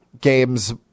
games